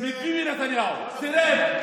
מביבי נתניהו, סירב.